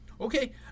Okay